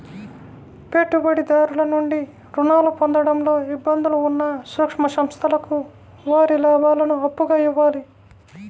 పెట్టుబడిదారుల నుండి రుణాలు పొందడంలో ఇబ్బందులు ఉన్న సూక్ష్మ సంస్థలకు వారి లాభాలను అప్పుగా ఇవ్వాలి